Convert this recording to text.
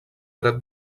dret